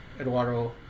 Eduardo